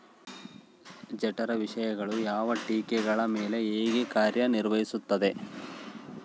ಜಠರ ವಿಷಯಗಳು ಯಾವ ಕೇಟಗಳ ಮೇಲೆ ಹೇಗೆ ಕಾರ್ಯ ನಿರ್ವಹಿಸುತ್ತದೆ?